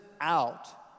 out